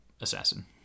assassin